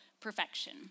perfection